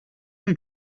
you